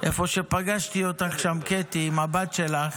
איפה שפגשתי אותך שם, קטי, עם הבת שלך.